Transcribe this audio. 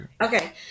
Okay